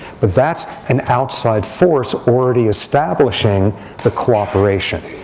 but that's an outside force already establishing the cooperation.